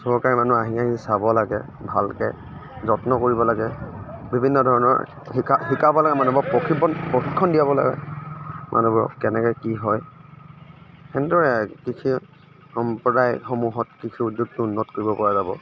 চৰকাৰৰ মানুহ আহি আহি চাব লাগে ভালকৈ যত্ন কৰিব লাগে বিভিন্ন ধৰণৰ শিকা শিকাব লাগে মানুহবোৰক প্ৰশিক্ষণ দিয়াব লাগে মানুহবোৰক কেনেকৈ কি হয় সেনেদৰে কৃষি সম্প্ৰদায়সমূহত কৃষি উদ্য়োগটো উন্নত কৰিব পৰা যাব